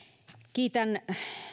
kiitän